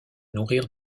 nourrir